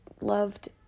loved